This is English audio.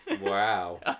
Wow